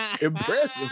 Impressive